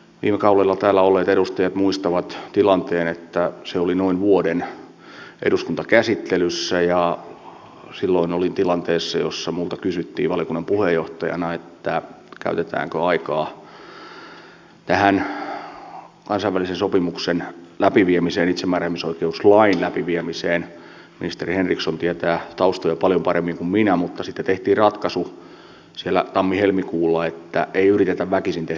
viime kaudella täällä olleet edustajat muistavat tilanteen että se oli noin vuoden eduskuntakäsittelyssä ja silloin olin tilanteessa jossa minulta kysyttiin valiokunnan puheenjohtajana että käytetäänkö aikaa tähän kansainvälisen sopimuksen läpiviemiseen itsemääräämisoikeuslain läpiviemiseen ministeri henriksson tietää taustoja paljon paremmin kuin minä mutta sitten tehtiin ratkaisu tammihelmikuulla että ei yritetä väkisin tehdä huonoa lakia